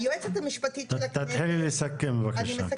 תתחילי לסכם בבקשה.